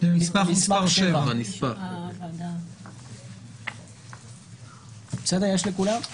סעיף 38 פרסום במאגר